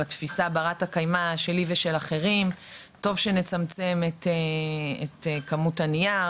בתפיסת הבת-קיימא שלי ושל אחרים טוב שנצמצם את כמות הנייר,